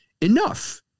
enough